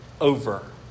over